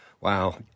Wow